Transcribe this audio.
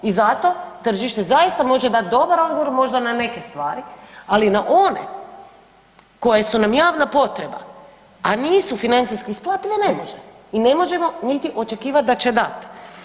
I zato tržište zaista može dati dobar odgovor možda na neke stvari, ali na one koje su nam javna potreba a nisu financijski isplative ne možemo i ne možemo niti očekivati da će dati.